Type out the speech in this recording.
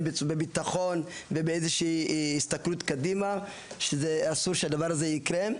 בביטחון ועם יכולת לתכנן קדימה ואסור שדבר כזה יקרה.